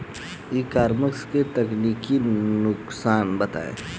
ई commerce के तकनीकी नुकसान बताएं?